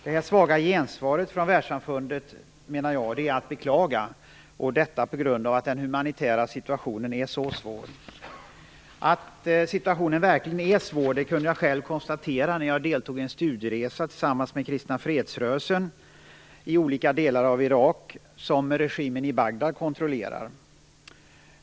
Det här svaga gensvaret från världssamfundet är att beklaga, menar jag, på grund av att den humanitära situationen är så svår. Att situationen verkligen är svår kunde jag själv konstatera när jag deltog i en studieresa tillsammans med Kristna Fredsrörelsen i olika delar av Irak som regimen i Bagdad kontrollerar.